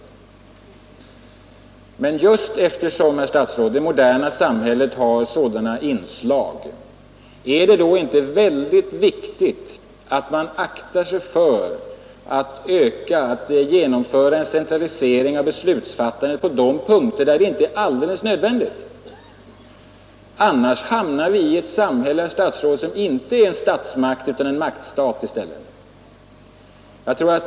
Men är det inte, herr statsråd, just eftersom det moderna samhället har sådana inslag, synnerligen viktigt att man undviker en centralisering av beslutsfattandet på de punkter där en sådan inte är alldeles nödvändig? Annars hamnar vi i ett samhälle, herr statsråd, som inte har en statsmakt utan i stället är en maktstat.